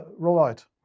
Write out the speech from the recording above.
rollout